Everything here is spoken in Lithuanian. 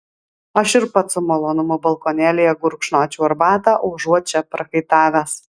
aš ir pats su malonumu balkonėlyje gurkšnočiau arbatą užuot čia prakaitavęs